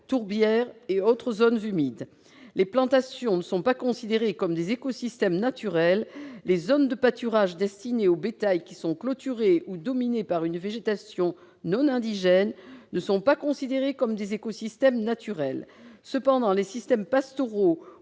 tourbières et autres zones humides. Les plantations ne sont pas considérées comme des écosystèmes naturels. Les zones de pâturage destinées au bétail qui sont clôturées ou dominées par une végétation non indigène ne sont pas non plus considérées comme des écosystèmes naturels. Cependant, les systèmes pastoraux